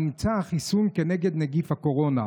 נמצא החיסון כנגד נגיף הקורונה.